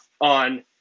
on